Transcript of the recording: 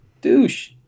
Douche